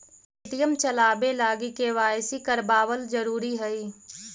Paytm चलाबे लागी KYC करबाबल जरूरी हई